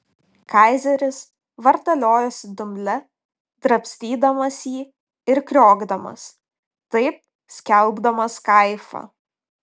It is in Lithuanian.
kaizeris vartaliojosi dumble drabstydamas jį ir kriokdamas taip skelbdamas kaifą